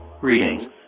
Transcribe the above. Greetings